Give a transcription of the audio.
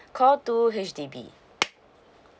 call two H_D_B